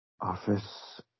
Office